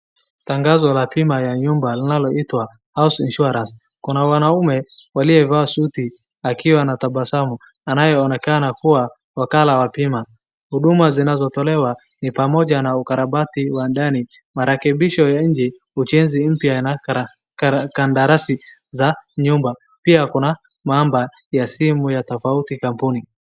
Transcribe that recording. Tangazo la pima ya nyumba linaloitwa house insurance . Kuna wanaume waliovaa suti akiwa anatabasamu, anayeonekana kuwa wakala wa bima. Huduma zinazotolewa ni pamoja na ukarabati wa ndani, marekebisho ya nje, ujenzi mpya na kandarasi za nyumba. Pia kuna namba za simu za tofauti kampuni.